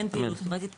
אין פעילות חברתית.